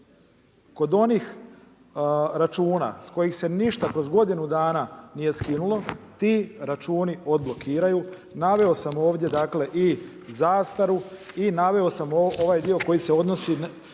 kod onih računa s kojih se ništa kroz godinu dana nije skinulo ti računi odblokiraju. Naveo sam ovdje i zastaru i naveo sam ovaj dio koji se odnosi